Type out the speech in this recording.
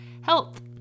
health